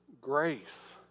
grace